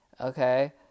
okay